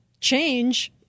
change